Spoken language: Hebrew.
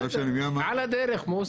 בסדר, על הדרך, מוסי.